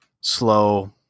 slow